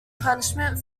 punishment